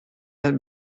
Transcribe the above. had